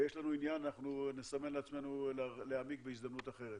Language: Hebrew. אנחנו נסמן לעצמנו להעמיק בהזדמנות אחרת.